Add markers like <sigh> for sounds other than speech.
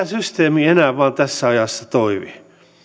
<unintelligible> systeemi enää vaan tässä ajassa toimi